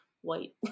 white